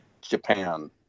Japan